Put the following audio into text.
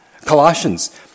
Colossians